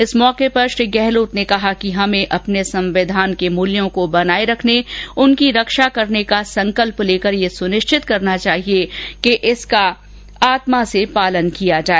इस मौर्के पर श्री गहलोत ने कहा कि हमें अपने संविधान के मूल्यों को बनाए रखने उनकी रक्षा करने का संकल्प लेकर यह सुनिश्चित करना चाहिए कि इसका अक्षय और आत्मा से पालन किया जाए